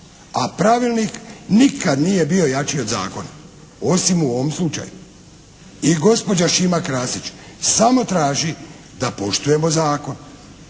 A pravilnik nikad nije bio jači od zakona. Osim u ovom slučaju. I gospođa Šima Krasić samo traži da poštujemo zakon.